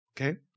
Okay